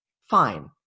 fine